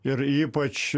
ir ypač